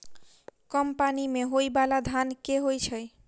कम पानि मे होइ बाला धान केँ होइ छैय?